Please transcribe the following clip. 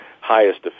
highest